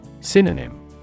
Synonym